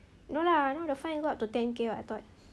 no lah now the fine go up to ten K lah I thought